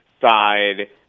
side